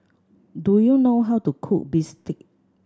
do you know how to cook bistake